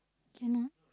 cannot